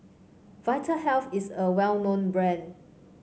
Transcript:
Vitahealth is a well known brand